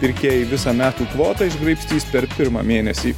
pirkėjai visą metų kvotą išgraibstys per pirmą mėnesį